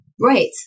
Right